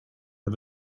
but